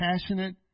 passionate